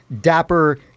dapper